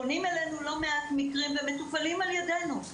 פונים אלינו לא מעט מקרים ומטופלים על-ידינו.